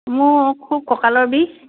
মোৰ খুব কঁকালৰ বিষ